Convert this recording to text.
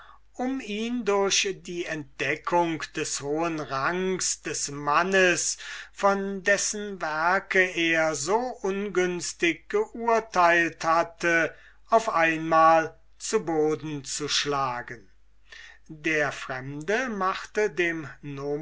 um ihn durch die entdeckung des hohen rangs des mannes von dessen werke er so ungünstig geurteilt hatte auf einmal zu boden zu schlagen der fremde machte dem